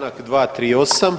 Povrijeđen je čl. 238.,